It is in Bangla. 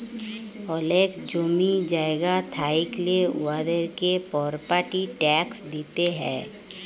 অলেক জমি জায়গা থ্যাইকলে উয়াদেরকে পরপার্টি ট্যাক্স দিতে হ্যয়